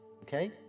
okay